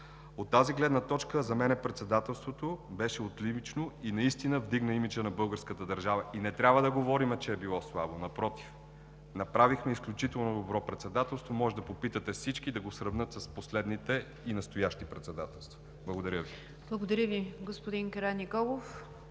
От тази гледна точка за мен Председателството беше отлично и наистина вдигна имиджа на българската държава. И не трябва да говорим, че е било слабо, напротив, направихме изключително добро Председателство, може да попитате всички да го сравнят с последните и настоящи председателства. Благодаря Ви. ПРЕДСЕДАТЕЛ НИГЯР ДЖАФЕР: Благодаря Ви, господин Караниколов.